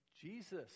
Jesus